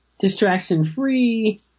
distraction-free